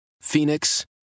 Phoenix